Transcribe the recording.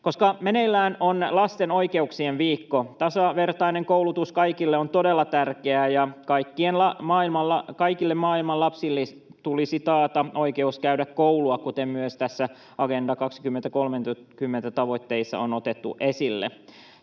koska meneillään on Lapsen oikeuksien viikko. Tasavertainen koulutus kaikille on todella tärkeää, ja kaikille maailman lapsille tulisi taata oikeus käydä koulua, kuten myös näissä Agenda 2030 ‑tavoitteissa on otettu esille.